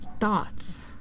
thoughts